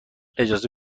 اجازه